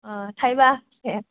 थायबा फिसाया